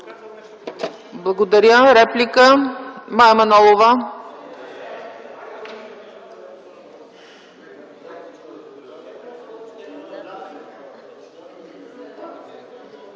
Благодаря. Реплика? – Мая Манолова.